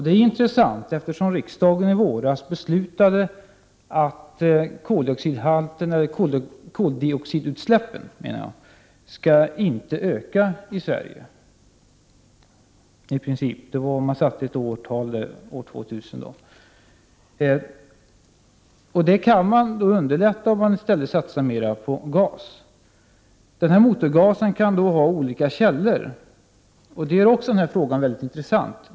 Det är intressant eftersom riksdagen i våras beslutade att koldioxidutsläppen i princip inte skulle få öka i Sverige. Man fastställde ett årtal, år 2000. Det går att underlätta uppnåendet av målet om man satsar mera på gas. Motorgasen kan komma från olika källor. Detta gör också den här frågan mycket intressant.